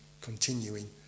continuing